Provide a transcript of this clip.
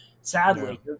sadly